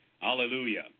Hallelujah